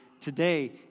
today